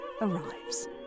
arrives